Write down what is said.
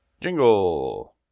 Jingle